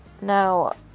Now